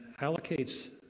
allocates